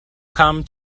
come